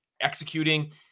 executing